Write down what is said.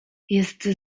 jest